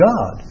God